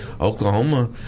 Oklahoma